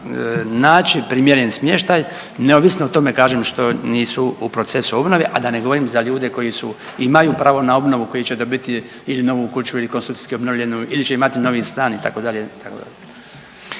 naći primjeren smještaj neovisno o tome kažem što nisu u procesu obnove, a da ne govorim za ljude koji imaju pravo na obnovu koji će dobiti ili novu kuću ili konstrukciji obnovljenu ili će imati novi stan itd., itd.